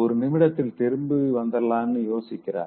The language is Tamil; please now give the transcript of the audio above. ஒரு நிமிடத்தில் திரும்பி வந்தார்லானு யோசிக்கிறார்